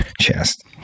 chest